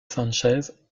sánchez